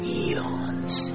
eons